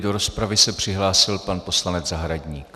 Do rozpravy se přihlásil pan poslanec Zahradník.